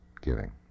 giving